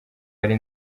ari